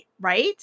right